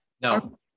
no